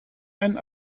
ein